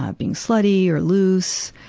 ah being slutty or loose.